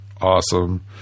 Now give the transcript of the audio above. awesome